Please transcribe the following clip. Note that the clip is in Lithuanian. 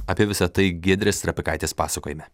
apie visa tai giedrės trapikaitės pasakojime